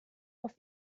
auf